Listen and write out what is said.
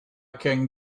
can